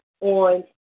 on